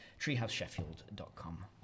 TreehouseSheffield.com